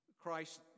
Christ